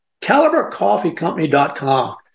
CaliberCoffeeCompany.com